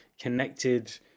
connected